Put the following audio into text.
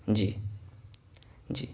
جی جی